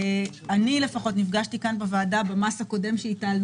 אני לפחות נפגשתי כאן בוועדה במס הקודם שהטלנו,